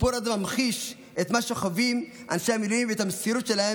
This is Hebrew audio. הסיפור הזה ממחיש את מה שחווים אנשי המילואים ואת המסירות שלהם